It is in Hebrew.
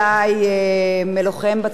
מפקד מצטיין בגדוד 101,